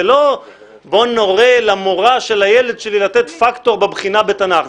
זה לא בוא נורה למורה של הילד שלי לתת פקטור בבחינה בתנ"ך,